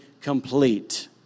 complete